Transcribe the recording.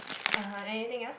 (uh huh) anything else